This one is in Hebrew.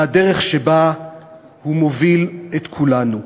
והדרך שבה הוא מוביל את כולנו.